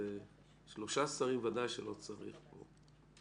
שלושה שרים, בוודאי, לא צריך פה.